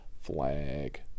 Flag